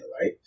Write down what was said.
right